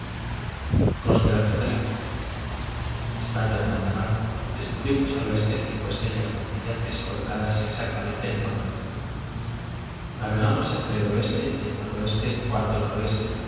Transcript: constelación de la cruz estando en alta mar descubrimos al oeste cinco estrellas muy brillantes colocadas exactamente en forma de cruz navegamos entre el oeste y el noroeste cuarto noroeste